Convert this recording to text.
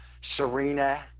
Serena